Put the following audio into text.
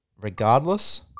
regardless